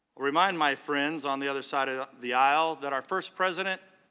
remind my friends on the other side of the aisle that our first president,